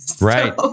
Right